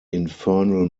infernal